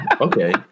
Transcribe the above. Okay